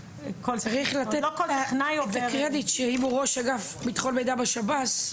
צריך לתת את הקרדיט שאם הוא ראש אגף ביטחון מידע בשב"ס,